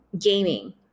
gaming